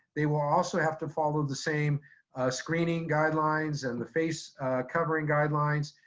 they will also have to follow the same screening guidelines and the face covering guidelines.